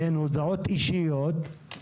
הודעות אישיות,